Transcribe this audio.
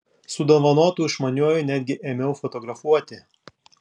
su dovanotu išmaniuoju netgi ėmiau fotografuoti